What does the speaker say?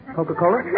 Coca-Cola